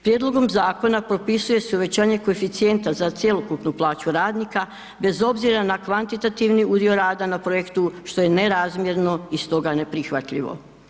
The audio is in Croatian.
Prijedlogom zakona propisuje se uvećanje koeficijenta za cjelokupnu plaću radnika bez obzira na kvantitativni udio rada na projektu, što je nerazmjerno i stoga neprihvatljivo.